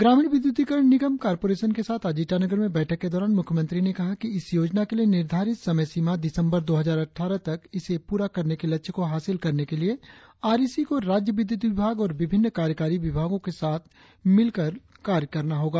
ग्रामीण विद्युतीकरण निगम कॉरपोरेशन के साथ आज ईटानगर में बैठक के दौरान मुख्यमंत्री ने कहा कि इस योजना के लिए निर्धारित समयसीमा दिसंबर दो हजार अट्ठारह तक इसे पूरा करने के लक्ष्य को हासिल करने के लिए आर ई सी को राज्य विद्युत विभाग और विभिन्न कार्रकारी विभागों के साथ मिलकर कार्य करना होगा